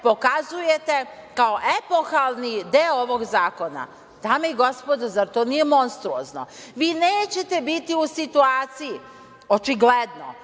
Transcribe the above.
pokazujete kao epohalni deo ovog zakona. Dame i gospodo, zar to nije monstruozno? Vi nećete biti u situaciji, očigledno,